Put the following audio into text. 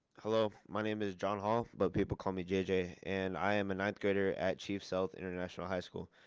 hello my name is john hall but people call me jj and i am a ninth grader at chief sealth international high school.